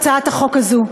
הצעת החוק הזאת,